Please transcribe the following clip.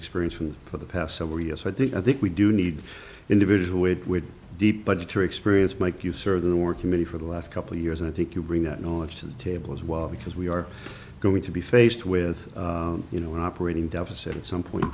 experiencing for the past several years so i think i think we do need individual deep budgetary experience make you sort of the work committee for the last couple of years and i think you bring that knowledge to the table as well because we are going to be faced with you know an operating deficit at some point in